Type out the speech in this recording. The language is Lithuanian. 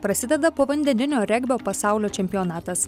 prasideda povandeninio regbio pasaulio čempionatas